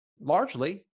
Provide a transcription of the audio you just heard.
largely